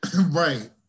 Right